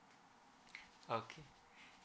okay